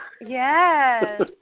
yes